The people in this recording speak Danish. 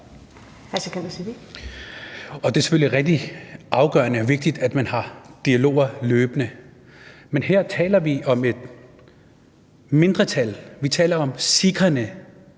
Det er selvfølgelig rigtig afgørende og vigtigt, at man løbende har dialoger, men her taler vi om et mindretal, vi taler om sikherne